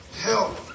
Help